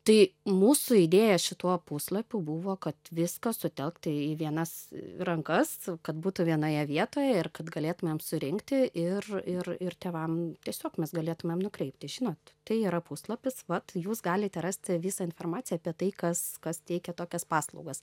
tai mūsų idėja šituo puslapiu buvo kad viskas sutelkta į vienas rankas kad būtų vienoje vietoje ir kad galėtumėm surinkti ir ir ir tėvam tiesiog mes galėtumėm nukreipti žinot tai yra puslapis vat jūs galite rasti visą informaciją apie tai kas kas teikia tokias paslaugas